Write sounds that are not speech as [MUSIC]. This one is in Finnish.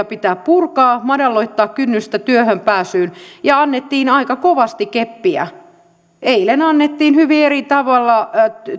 [UNINTELLIGIBLE] pitää purkaa madaltaa kynnystä työhön pääsyyn ja annettiin aika kovasti keppiä eilen annettiin hyvin eri tavalla